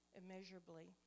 immeasurably